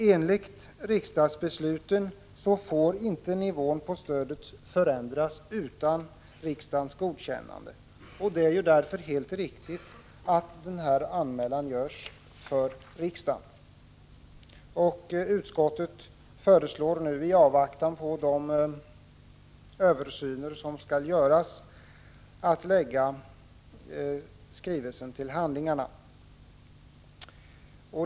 Enligt riksdagsbeslut får inte nivån på stödet förändras utan riksdagens godkännande. Det är därför helt riktigt att denna anmälan görs till riksdagen. Utskottet föreslår i avvaktan på de översyner som skall göras att skrivelsen läggs till handlingarna.